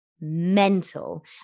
mental